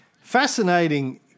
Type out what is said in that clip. Fascinating